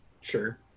Sure